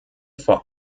vor